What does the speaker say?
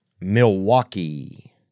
Milwaukee